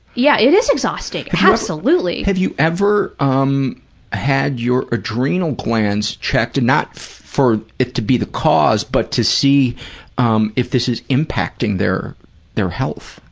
yeah, it is exhausting, absolutely. have you ever um had your adrenal glands checked, not for it to be the cause, but to see um if this is impacting their their health?